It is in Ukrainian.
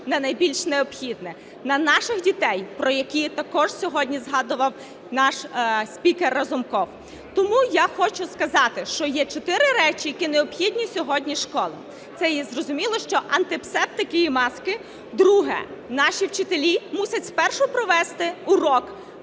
на найбільш необхідне – на наших дітей, про яких також сьогодні згадував наш спікер Разумков. Тому я хочу сказати, що є чотири речі, які необхідні сьогодні школам. Це є, зрозуміло що, антисептики і маски. Друге. Наші вчителі мусять спершу провести урок